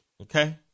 Okay